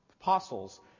apostles